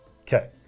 Okay